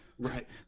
Right